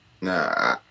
Nah